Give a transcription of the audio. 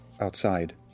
outside